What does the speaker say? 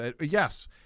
yes